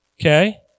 okay